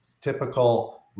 typical